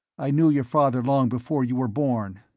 i knew your father long before you were born.